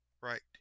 right